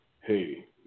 Hey